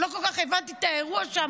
עוד לא כל כך הבנתי את האירוע שם,